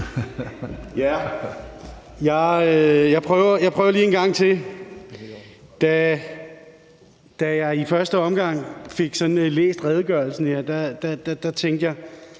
Jeg prøver lige en gang til. Da jeg i første omgang sådan fik læst redegørelsen her, tænkte jeg